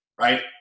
right